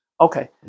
Okay